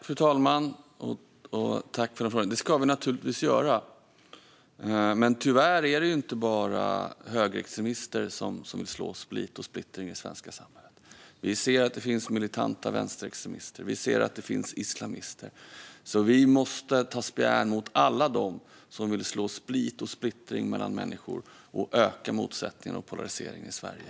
Fru talman! Det ska vi naturligtvis göra, men tyvärr är det inte bara högerextremister som vill så split och splittring i det svenska samhället. Det finns också militanta vänsterextremister och islamister. Vi måste ta spjärn mot alla dem som vill så split och splittring mellan människor och öka motsättningar och polarisering i Sverige.